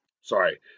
sorry